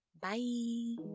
Bye